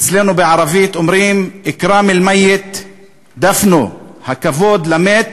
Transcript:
אצלנו בערבית אומרים: (אומר בערבית ומתרגם) הכבוד למת